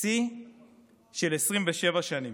שיא של 27 שנים,